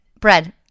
Bread